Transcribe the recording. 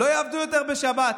לא יעבדו יותר בשבת.